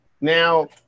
Now